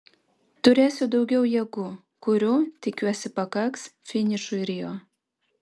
turėsiu daugiau jėgų kurių tikiuosi pakaks finišui rio